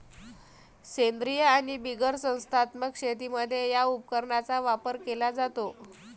सेंद्रीय आणि बिगर संस्थात्मक शेतीमध्ये या उपकरणाचा वापर केला जातो